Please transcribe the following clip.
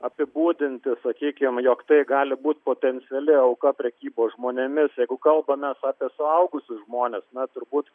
apibūdinti sakykim jog tai gali būt potenciali auka prekybos žmonėmis jeigu kalbam mes apie suaugusius žmones na turbūt